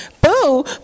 Boo